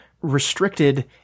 restricted